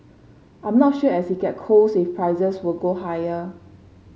I'm not sure as it get cold if prices will go higher